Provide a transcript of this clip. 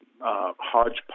hodgepodge